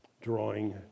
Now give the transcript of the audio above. drawing